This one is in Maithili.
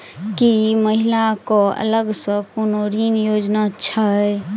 की महिला कऽ अलग सँ कोनो ऋण योजना छैक?